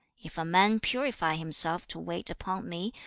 if a man purify himself to wait upon me,